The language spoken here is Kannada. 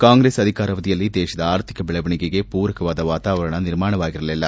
ಕಾಂಗ್ರೆಸ್ ಅಧಿಕಾರವಧಿಯಲ್ಲಿ ದೇಶದ ಆರ್ಥಿಕ ಬೆಳವಣಿಗೆಗೆ ಪೂರಕವಾದ ವಾತಾವರಣ ನಿರ್ಮಾಣವಾಗಿರಲಿಲ್ಲ